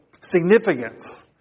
significance